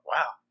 Wow